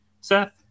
Seth